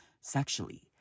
sexually